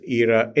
era